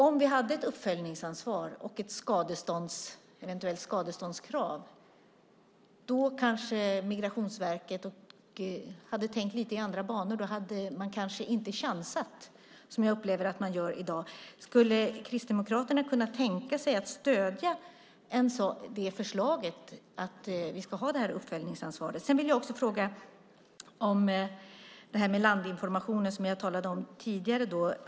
Om vi hade ett uppföljningsansvar och ett eventuellt skadeståndskrav kanske Migrationsverket skulle tänka i lite andra banor. Då skulle de kanske inte chansa, vilket jag upplever att de gör i dag. Skulle Kristdemokraterna kunna tänka sig att stödja förslaget om uppföljningsansvar? Jag vill också fråga om länderinformationen, som jag tog upp tidigare.